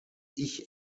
ich